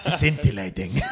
Scintillating